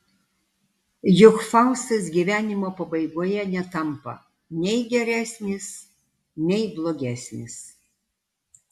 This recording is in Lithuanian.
juk faustas gyvenimo pabaigoje netampa nei geresnis nei blogesnis